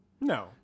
no